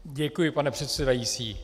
Děkuji, pane předsedající.